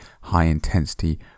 high-intensity